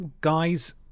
guys